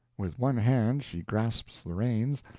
with one hand she grasps the reins,